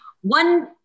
one